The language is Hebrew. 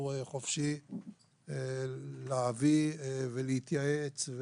הוא חופשי להביא ולהתייעץ,